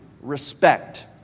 respect